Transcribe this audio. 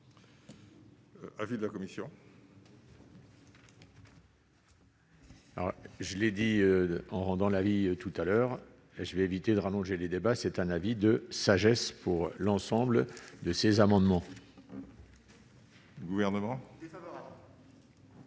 Avis de la commission. Alors je l'ai dit, en rendant la vie tout à l'heure je vais éviter de rallonger les débats, c'est un avis de sagesse pour l'ensemble de ces amendements. Le gouvernement.